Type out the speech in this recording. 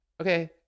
okay